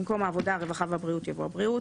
במקום "העבודה השתלתהרווחה והבריאות" יבוא "הבריאות".